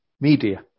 media